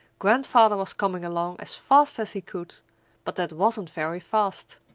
grandfather was coming along as fast as he could but that wasn't very fast.